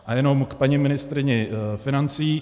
A jenom k paní ministryni financí.